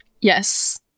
yes